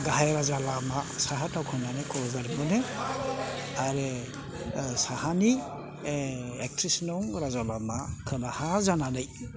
गाहाय राजा लामा साहा दावखोनानै क'क्राझार मोनो आरो साहानि एकथ्रिस नं राजा लामा खोलाहा जानानै